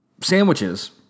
sandwiches